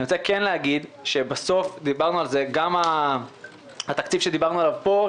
אני כן רוצה להגיד שבסוף התקציב שדיברנו עליו פה,